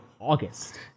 August